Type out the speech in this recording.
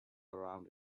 around